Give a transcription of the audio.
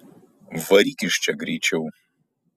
varyk iš čia greičiau